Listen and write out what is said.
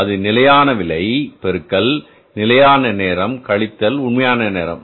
அது நிலையான விலை பெருக்கல் நிலையான நேரம் கழித்தல் உண்மையான நேரம்